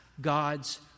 God's